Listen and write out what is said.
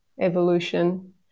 evolution